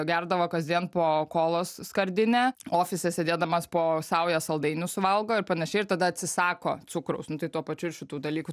gerdavo kasdien po kolos skardinę ofise sėdėdamas po saują saldainių suvalgo ir panašiai ir tada atsisako cukraus nu tai tuo pačiu ir šitų dalykų